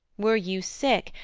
were you sick,